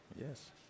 yes